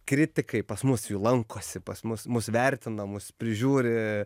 kritikai pas mus jau lankosi pas mus mus vertina mus prižiūri